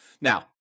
Now